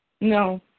No